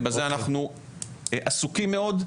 ובזה אנחנו עסוקים מאוד,